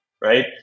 right